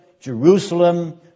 Jerusalem